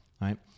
Right